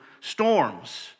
storms